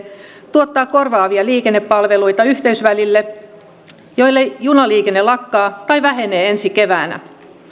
tuottaa korvaavia liikennepalveluita yhteysväleille joilla junaliikenne lakkaa tai vähenee ensi keväänä